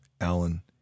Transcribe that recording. Alan